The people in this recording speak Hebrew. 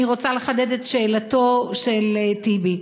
אני רוצה לחדד את שאלתו של טיבי: